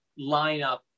lineup